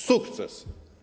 Sukces.